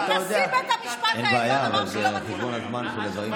איזה ניסיון?